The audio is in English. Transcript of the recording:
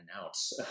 announce